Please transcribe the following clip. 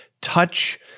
touch